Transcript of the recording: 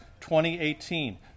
2018